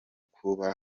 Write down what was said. kuba